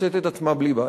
מוצאת את עצמה בלי בית.